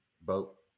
boat